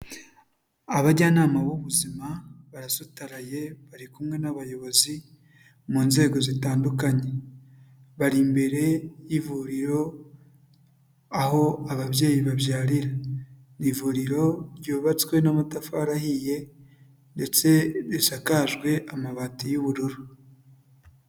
Abajyanama b'ubuzima barasutaraye, bari kumwe n'abayobozi, mu nzego zitandukanye, bari imbere y'ivuriro, aho ababyeyi babyarira. Ni ivuriro ryubatswe n'amatafari ahiye ndetse risakajwe amabati y'ubururu.